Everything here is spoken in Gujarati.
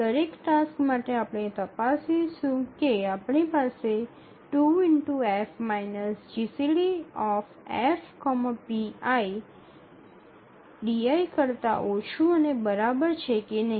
દરેક ટાસ્ક માટે આપણે તપાસીશું કે આપણી પાસે ૨F જીસીડી F pi ≤ di છે કે નહીં